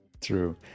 True